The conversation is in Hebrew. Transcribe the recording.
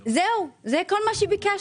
זהו, זה כל מה שביקשנו.